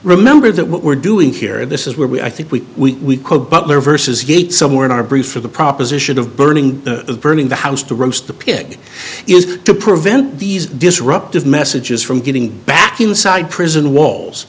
remember that what we're doing here and this is where we i think we could butler versus gate somewhere in our brief or the proposition of burning of burning the house to roast the pig is to prevent these disruptive messages from getting back inside prison walls